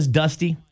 dusty